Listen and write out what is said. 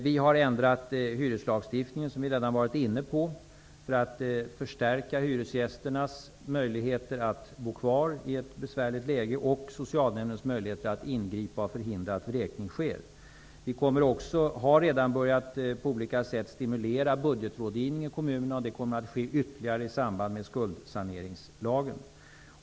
Vi har ändrat hyreslagstiftningen, vilket vi redan har varit inne på, för att förstärka hyresgästernas möjligheter att i ett besvärligt läge bo kvar och socialnämndens möjligheter att ingripa och förhindra att vräkning sker. Vi har redan påbörjat arbetet med att på olika sätt stimulera budgetrådgivningen i kommunerna. Ytterligare åtgärder kommer att vidtas i samband med skuldsaneringslagen.